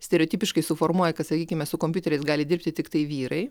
stereotipiškai suformuoji kas sakykime su kompiuteriais gali dirbti tiktai vyrai